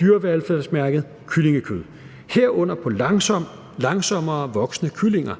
dyrevelfærdsmærket kyllingekød, herunder på langsommerevoksende kyllinger.